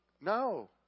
No